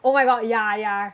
oh my god ya ya